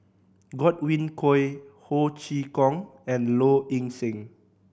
Godwin Koay Ho Chee Kong and Low Ing Sing